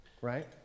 right